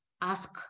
ask